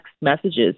messages